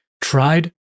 tried